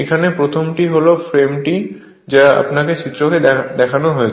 এখানে প্রথমটি হল ফ্রেমটি যা আমি আপনাকে চিত্রে দেখাব